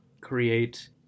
create